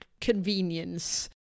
convenience